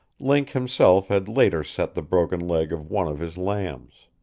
link himself had later set the broken leg of one of his lambs.